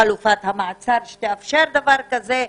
חלופת מעצר שתאפשר דבר כזה,